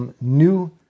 new